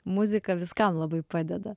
muzika viskam labai padeda